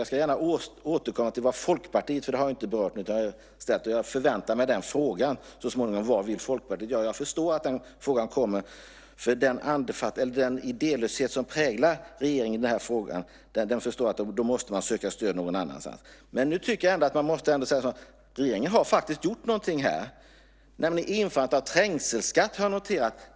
Jag återkommer gärna till detta, för jag väntar mig att frågan om vad Folkpartiet vill så småningom kommer. Med tanke på den idélöshet som präglar regeringen i den här frågan förstår jag att man måste söka stöd någon annanstans. Men nu tycker jag att man ändå måste säga att regeringen faktiskt har gjort någonting här, nämligen införandet av trängselskatt.